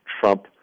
Trump